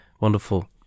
Wonderful